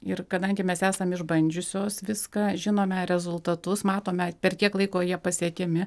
ir kadangi mes esam išbandžiusios viską žinome rezultatus matome per kiek laiko jie pasiekiami